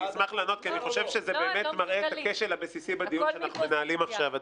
כי אני חושב שזה מראה את הכשל הבסיסי בדיון שאנחנו מנהלים עכשיו.